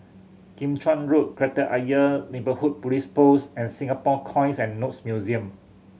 Kim Chuan Road Kreta Ayer Neighbourhood Police Post and Singapore Coins and Notes Museum